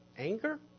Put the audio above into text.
anger